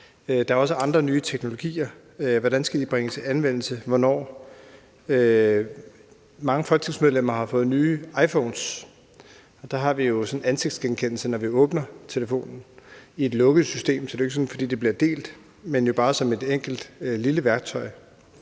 der er også andre nye teknologier; hvordan skal de bringes i anvendelse og hvornår? Mange folketingsmedlemmer har fået nye iPhones, og der har vi jo sådan en ansigtsgenkendelse, når vi åbner telefonen, altså i et lukket system, så det er jo ikke, fordi det bliver delt, men det er bare et enkelt lille værktøj.